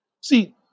See